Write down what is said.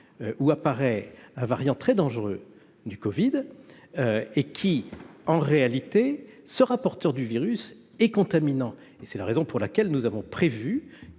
apparu un variant très dangereux du covid soit en réalité porteuse du virus et contaminante. C'est la raison pour laquelle nous avons prévu,